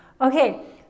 Okay